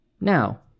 Now